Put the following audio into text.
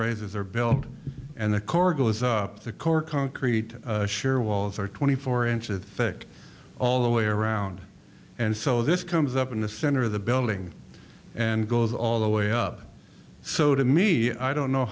rises are built and the core goes up the core concrete sure walls are twenty four inches thick all the way around and so this comes up in the center of the building and goes all the way up so to me i don't know